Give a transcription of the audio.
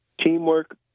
teamwork